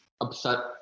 upset